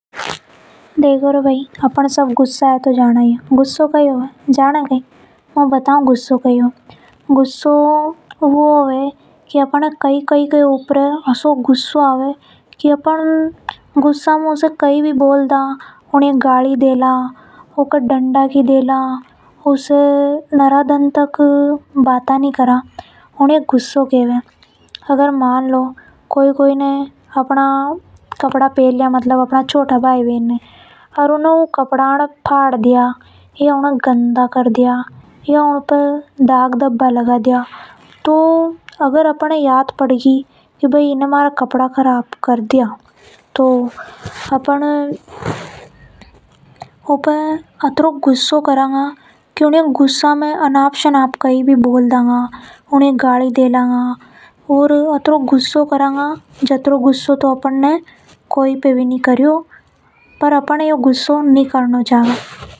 देखो रए बई अपन सब गुस्सा ये तो जाना ही है। गुस्सा वो चीज है जी मे अपन गुस्सा में कोई न भी कई भी बोल देवा। इने ही गुस्सा के वे है। अपन न जीपे गुस्सा आवे अपन ऊनी ये गाली देवा ऊके लड़ाई के लआ जो मन में आवे बोल देवा। अगर अपना छोटा भाई बहन ने अपना कपड़ा पहन लिया ओर उन्हें फाड़ दिया तो ऊ पे अपन न घनों गुस्सा आवे है। ओर पर अपन ए यो गुस्सा नि करनी चाव है।